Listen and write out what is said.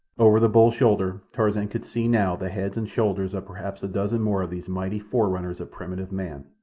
over the bull's shoulder tarzan could see now the heads and shoulders of perhaps a dozen more of these mighty fore-runners of primitive man.